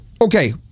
Okay